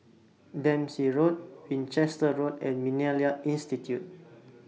Dempsey Road Winchester Road and Millennia Institute